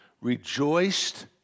rejoiced